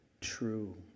true